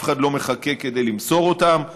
אף אחד לא מחכה כדי למסור אותם.